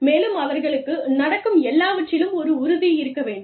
மேலும் அவர்களுக்கு நடக்கும் எல்லாவற்றிலும் ஒரு உறுதி இருக்க வேண்டும்